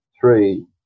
three